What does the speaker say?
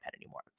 anymore